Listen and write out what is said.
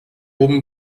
oben